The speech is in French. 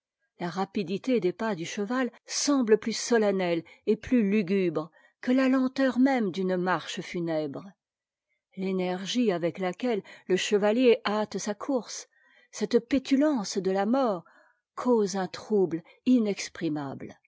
la rapidité des pas du cheval semble plus solennelle et plus lugubre que la lenteur même d'une marche funèbre l'énergie avec laquelle e chevaher hâte sa course cette pétulance de la mort cause un trouble